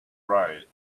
ride